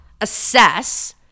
assess